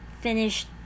finished